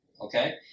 Okay